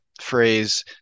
phrase